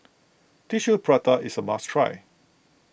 Tissue Prata is a must try